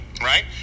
right